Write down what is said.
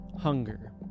Hunger